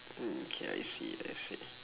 mm okay I see I see